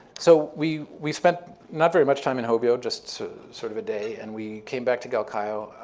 so we we spent not very much time in hobyo, just sort of a day, and we came back to galkayo,